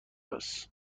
است